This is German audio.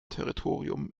territorium